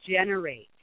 generate